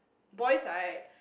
boys right